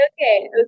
okay